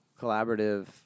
collaborative